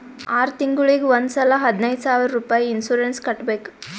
R ತಿಂಗುಳಿಗ್ ಒಂದ್ ಸಲಾ ಹದಿನೈದ್ ಸಾವಿರ್ ರುಪಾಯಿ ಇನ್ಸೂರೆನ್ಸ್ ಕಟ್ಬೇಕ್